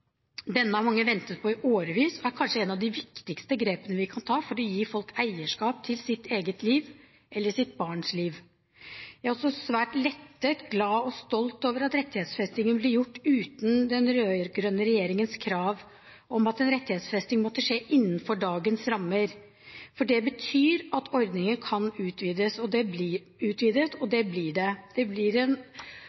Denne har mange ventet på i årevis, og den er kanskje et av de viktigste grepene vi kan ta for å gi folk eierskap til sitt eget eller sitt barns liv. Jeg er også svært lettet, glad og stolt over at rettighetsfestingen blir gjort uten den rød-grønne regjeringens krav om at en rettighetsfesting måtte skje innenfor dagens rammer. Det betyr at ordningen kan utvides, og det blir